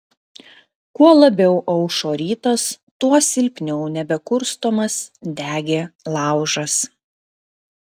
kuo labiau aušo rytas tuo silpniau nebekurstomas degė laužas